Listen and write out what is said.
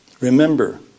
Remember